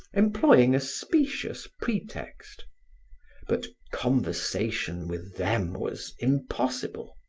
employing a specious pretext but conversation with them was impossible.